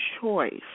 choice